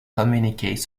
communiqués